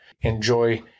enjoy